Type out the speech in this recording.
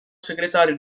segretario